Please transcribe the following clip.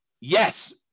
Yes